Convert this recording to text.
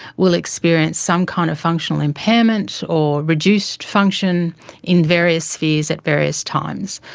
will experience some kind of functional impairment or reduced function in various spheres at various times.